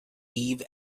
eve